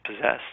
possess